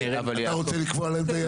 אתה רוצה לקבוע להם את היעדים תקבע אתה.